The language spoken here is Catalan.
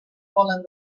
volen